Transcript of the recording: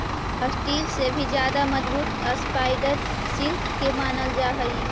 steel से भी ज्यादा मजबूत स्पाइडर सिल्क के मानल जा हई